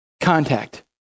contact